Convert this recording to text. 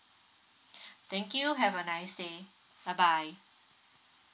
thank you have a nice day bye bye bye